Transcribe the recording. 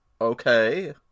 Okay